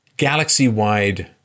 galaxy-wide